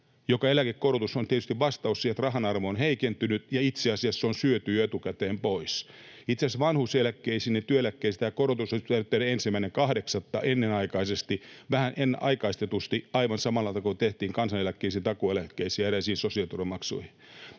että eläkekorotus on tietysti vastaus siihen, että rahan arvo on heikentynyt, ja että itse asiassa se on syöty jo etukäteen pois. Itse asiassa vanhuuseläkkeisiin ja työeläkkeisiin tämä korotus olisi pitänyt tehdä 1.8. ennenaikaisesti, vähän aikaistetusti, aivan samalla tavalla kuin tehtiin kansaneläkkeisiin, takuueläkkeisiin ja eräisiin sosiaaliturvamaksuihin.